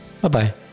Bye-bye